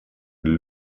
для